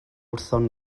wrthon